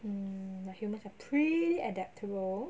mm but humans are pretty adaptable